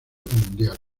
mundial